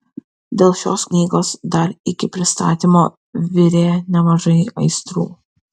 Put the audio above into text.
dėl šios knygos dar iki pristatymo virė nemažai aistrų